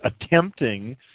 attempting